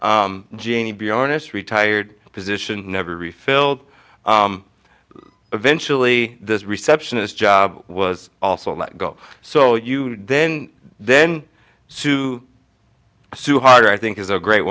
bionics retired position never refilled eventually this receptionist job was also let go so you then then sue sue harder i think is a great